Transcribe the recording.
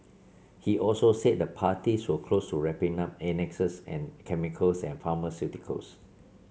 he also said the parties were close to wrapping up annexes and chemicals and pharmaceuticals